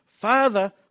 Father